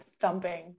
thumping